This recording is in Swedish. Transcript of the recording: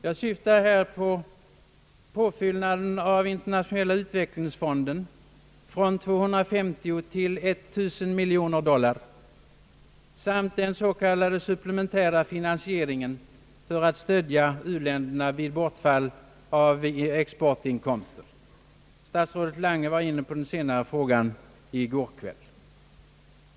Jag syftar på påfyllnaden av Internationella utvecklingsfonden från 250 till 1000 dollar samt på den s.k. supplementära finansieringen för att stödja u-länderna vid bortfall av exportinkomster. Statsrådet Lange berörde den senare frågan i går kväll.